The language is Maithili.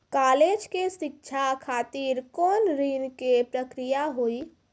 कालेज के शिक्षा खातिर कौन ऋण के प्रक्रिया हुई?